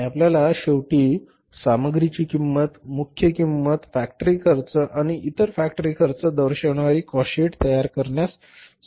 आणि आपल्याला शेवटी सामग्रीची किंमत मुख्य किंमत फॅक्टरी खर्च आणि एकूण फॅक्टरी खर्च दर्शविणारी कॉस्ट शीट तयार करण्यास सांगितले आहे